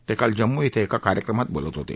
ते काल जम्मू इथं एका कार्यक्रमात बोलत होते